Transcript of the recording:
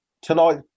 tonight